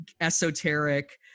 esoteric